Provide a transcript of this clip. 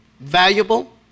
valuable